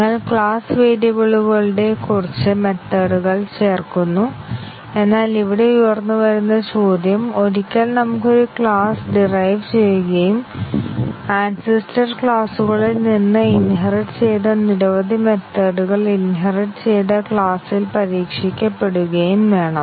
ഞങ്ങൾ ക്ലാസ് വേരിയബിളുകളുടെ കുറച്ച് മെത്തേഡ്കൾ ചേർക്കുന്നു എന്നാൽ ഇവിടെ ഉയർന്നുവരുന്ന ചോദ്യം ഒരിക്കൽ നമുക്ക് ഒരു ക്ലാസ്സ് ഡിറൈവ് ചെയ്യുകയും ആൻസിസ്റ്റർ ക്ലാസുകളിൽ നിന്ന് ഇൻഹെറിറ്റ് ചെയ്ത നിരവധി മെത്തേഡ്കൾ ഇൻഹെറിറ്റ് ചെയ്ത ക്ലാസിൽ പരീക്ഷിക്കപ്പെടുകയും വേണം